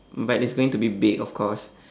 but it's going to be big of course